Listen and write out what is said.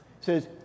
says